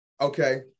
Okay